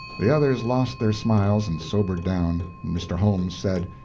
the others lost their smiles and sobered down. mr. holmes said,